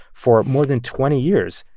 for more than twenty years,